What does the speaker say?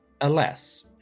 Alas